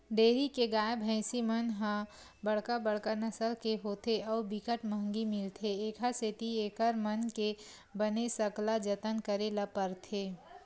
dairy के गाय, भइसी मन ह बड़का बड़का नसल के होथे अउ बिकट महंगी मिलथे, एखर सेती एकर मन के बने सकला जतन करे ल परथे